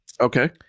Okay